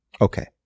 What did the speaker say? Okay